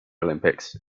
olympics